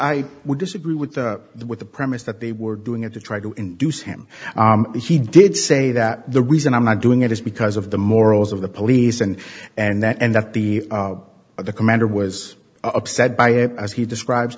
i would disagree with the with the premise that they were doing it to try to induce him and he did say that the reason i'm not doing it is because of the morals of the police and and that and that the the commander was upset by it as he describe